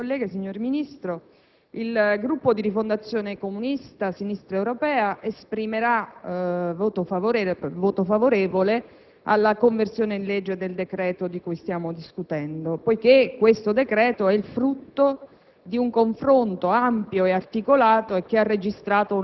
Signor Presidente, colleghe e colleghi, signor Ministro, il Gruppo di Rifondazione Comunista-Sinistra Europea esprimerà voto favorevole sulla conversione in legge del decreto di cui stiamo discutendo, che è il frutto di un confronto